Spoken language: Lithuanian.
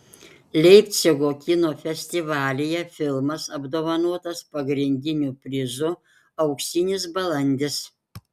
leipcigo kino festivalyje filmas apdovanotas pagrindiniu prizu auksinis balandis